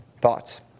Thoughts